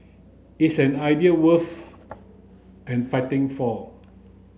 is an idea worth and fighting for